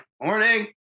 Morning